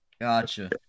Gotcha